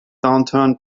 downturn